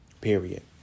Period